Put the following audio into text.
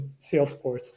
Salesforce